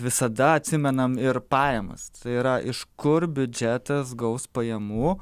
visada atsimenam ir pajamas tai yra iš kur biudžetas gaus pajamų